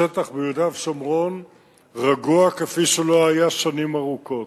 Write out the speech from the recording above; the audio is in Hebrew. השטח ביהודה ושומרון רגוע כפי שלא היה שנים ארוכות.